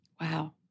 Wow